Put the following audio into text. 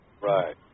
Right